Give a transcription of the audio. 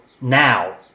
now